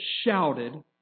shouted